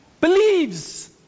believes